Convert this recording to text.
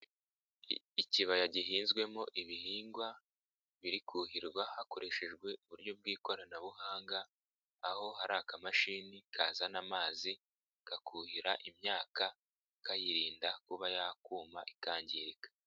Ikibaya gihinzwemo ibihingwa biri kuhirwa hakoreshejwe uburyo bw'ikoranabuhanga, aho hari akamashini kazana amazi, kakuhira imyaka kayirinda kuba yakuma ikangirika.